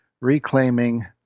reclaiming